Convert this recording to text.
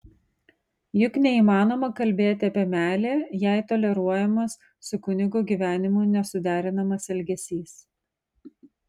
juk neįmanoma kalbėti apie meilę jei toleruojamas su kunigo gyvenimu nesuderinamas elgesys